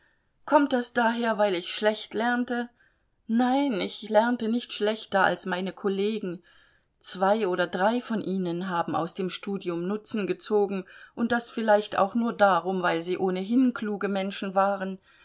kommt das daher weil ich schlecht lernte nein ich lernte nicht schlechter als meine kollegen zwei oder drei von ihnen haben aus dem studium nutzen gezogen und das vielleicht auch nur darum weil sie ohnehin kluge menschen waren